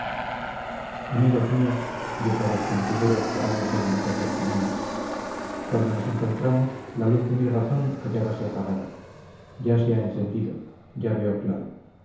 amigos míos dijo a los cantineros parándose en mitad del camino cuando nos encontramos la luz de mi razón hallábase apagada ya se ha encendido ya veo claro